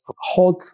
hot